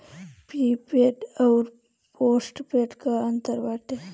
Prepaid अउर postpaid में का अंतर बाटे?